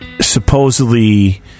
Supposedly